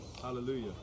Hallelujah